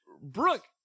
Brooke